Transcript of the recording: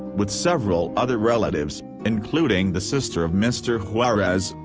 with several other relatives, including the sister of mr. juarez,